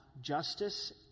justice